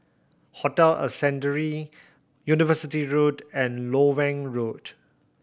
Hotel Ascendere University Road and Loewen Road